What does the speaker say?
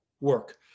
work